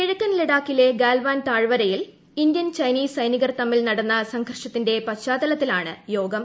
കിഴക്കൻ ലഡാക്കിലെ ഗാൽവാൻ താഴ്വരയിൽ ഇന്ത്യൻ ചൈനീസ് സൈനികർ തമ്മിൽ നടന്ന സംഘർഷത്തിന്റെ പശ്ചാത്തലത്തിലാണ് യോഗം